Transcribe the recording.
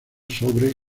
sobre